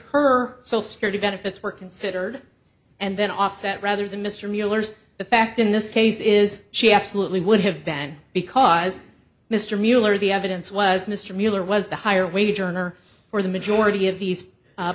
her so security benefits were considered and then offset rather than mr mueller's the fact in this case is she absolutely would have been because mr mueller the evidence was mr mueller was the higher wage earner for the majority of these